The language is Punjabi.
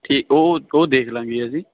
ਠੀਕ ਉਹ ਓ ਉਹ ਦੇਖ ਲਾਂਗੇ ਅਸੀਂ